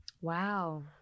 Wow